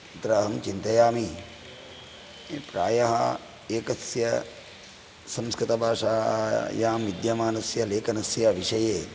तत्र अहं चिन्तयामि प्रायः एकस्य संस्कृतभाषायां विद्यमानस्य लेखनस्य विषये